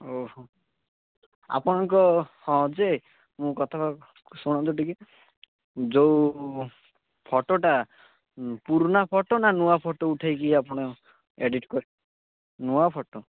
ଓହୋ ଆପଣଙ୍କ ହଁ ଯେ ମୋ କଥା ଶୁଣନ୍ତୁ ଟିକେ ଯେଉଁ ଫଟଟା ପୁରୁଣା ଫଟୋ ନା ନୂଆ ଫଟୋ ଉଠେଇକି ଆପଣ ଏଡ଼ିଟ୍ କରିବେ ନୂଆ ଫଟୋ